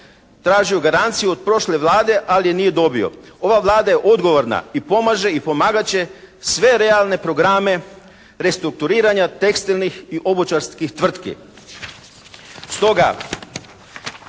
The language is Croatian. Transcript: tražio garanciju od prošle Vlade ali je nije dobio. Ova Vlada je odgovorna i pomaže i pomagat će sve realne programe restrukturiranja tekstilnih i obućarskih tvrtki.